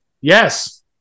Yes